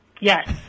Yes